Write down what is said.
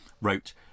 wrote